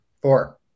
Four